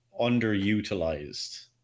underutilized